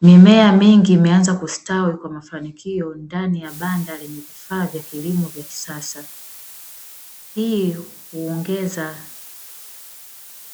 Mimea mingi imeanza kustawi kwa mafanikio ndani ya banda lenye vifaa vya kilimo vya kisasa, hii huongeza